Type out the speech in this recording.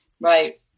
Right